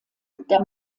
der